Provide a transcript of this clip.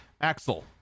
axel